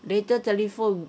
later telephone